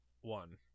one